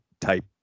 type